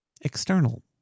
External